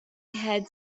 had